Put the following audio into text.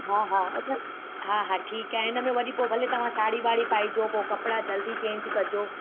हा हा हा हा ठीकु आहे इन में वरी भले तव्हां साड़ी वाड़ी पाइजो पोइ कपिड़ा जल्दी चेंज कजो